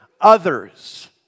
others